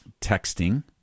texting